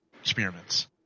Experiments